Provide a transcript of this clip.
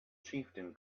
chieftain